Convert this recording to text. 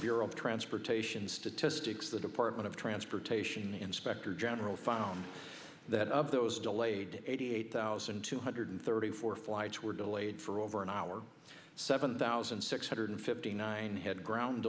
bureau of transportation statistics the department of transportation inspector general found that up those delayed eighty eight thousand two hundred thirty four flights were delayed for over an hour seven thousand six hundred fifty nine had ground